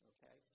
Okay